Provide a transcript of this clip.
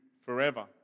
forever